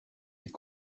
est